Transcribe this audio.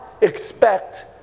expect